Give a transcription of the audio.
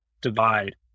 divide